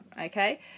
okay